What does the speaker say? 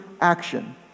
action